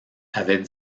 avaient